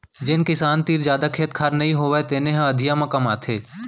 जेन किसान तीर जादा खेत खार नइ होवय तेने ह अधिया म कमाथे